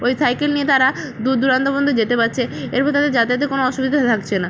ওই সাইকেল নিয়ে তারা দূরদূরান্ত পর্যন্ত যেতে পারছে এরপর তাদের যাতায়াতের কোনো অসুবিধে থাকছে না